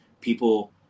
people